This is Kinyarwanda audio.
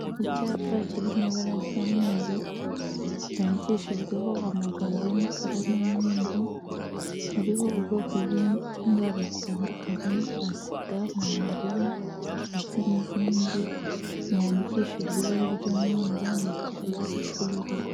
Icyapa kiri mu ibara ry'umweru, cyandikishijweho amagambo y'umukara n'umweru, hariho ubwoko bw'indwara zitandukanye nka SIDA, Malariya ndetse n'izindi, yandikishijwe ibara ry'umweru mu tubogisi tw'ubururu.